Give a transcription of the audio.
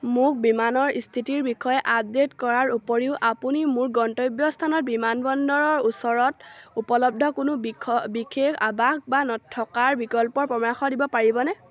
মোক বিমানৰ স্থিতিৰ বিষয়ে আপডে'ট কৰাৰ উপৰিও আপুনি মোৰ গন্তব্যস্থানত বিমানবন্দৰৰ ওচৰত উপলব্ধ কোনো বিশেষ আৱাস বা থকাৰ বিকল্পৰ পৰামৰ্শ দিব পাৰিবনে